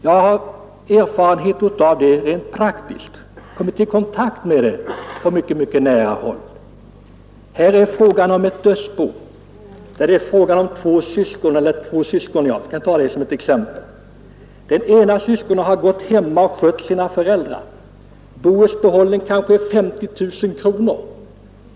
Jag har erfarenhet av det rent praktiskt, jag har haft kontakt med det på mycket nära håll. Jag kan ta som exempel ett dödsbo där det finns två syskon. Det ena av dessa har gått hemma och skött sina föräldrar. Boets behållning kanske är 50 000 kronor.